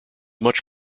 much